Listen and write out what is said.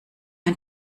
ein